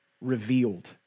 revealed